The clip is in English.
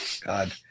god